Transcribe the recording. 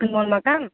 मलमा काम